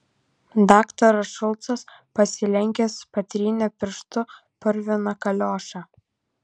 daktaras šulcas pasilenkęs patrynė pirštu purviną kaliošą